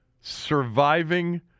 Surviving